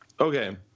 Okay